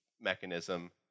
mechanism